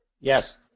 Yes